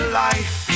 life